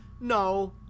no